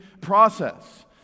process